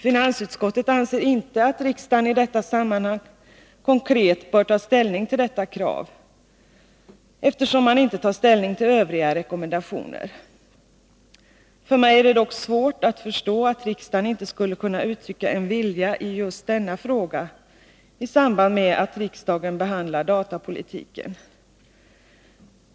Finansutskottet anser inte att riksdagen i detta sammanhang konkret bör ta ställning till detta krav, eftersom man inte tar ställning till övriga rekommendationer. För mig är det svårt att förstå att riksdagen inte skulle kunna uttrycka en vilja i just denna fråga i samband med att riksdagen behandlar datapolitiken.